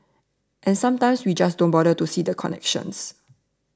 and sometimes we just don't bother to see the connections